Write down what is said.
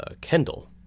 Kendall